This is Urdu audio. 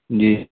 جی